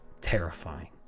terrifying